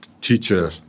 teacher